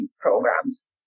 programs